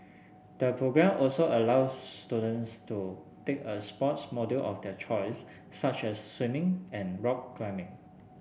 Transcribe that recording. the programme also allows students to take a sports module of their choice such as swimming and rock climbing